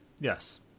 Yes